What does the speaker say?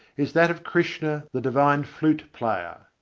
is that of krishna the divine flute player.